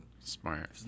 smart